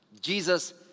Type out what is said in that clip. Jesus